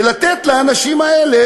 ולתת לאנשים האלה,